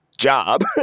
job